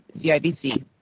CIBC